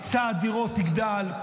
היצע הדירות יגדל.